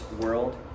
world